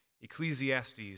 Ecclesiastes